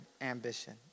ambition